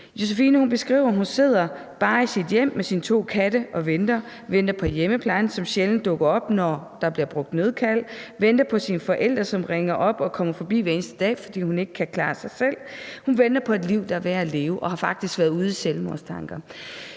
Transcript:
Josephine beskriver, at hun bare sidder i sit hjem med sine to katte og venter; hun venter på hjemmeplejen, som sjældent dukker op, når der bliver brugt nødkald; venter på sine forældre, som ringer op og kommer forbi hver eneste dag, fordi hun ikke kan klare sig selv. Hun venter på et liv, der er værd at leve, og har faktisk været ude i selvmordstanker.